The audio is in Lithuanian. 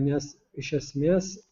nes iš esmės